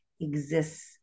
exists